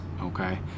Okay